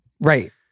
Right